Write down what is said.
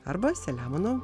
arba selemono